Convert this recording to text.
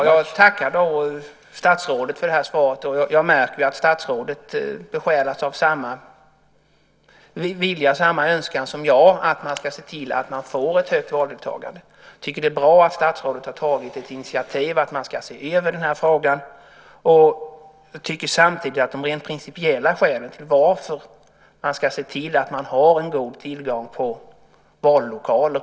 Herr talman! Jag tackar statsrådet för svaret. Jag märker att statsrådet besjälas av samma vilja och önskan som jag att vi får ett högt valdeltagande. Jag tycker att det är bra att statsrådet har tagit ett initiativ till att man ska se över den här frågan. Jag tycker samtidigt av rent principiella skäl att man ska ha en god tillgång på vallokaler.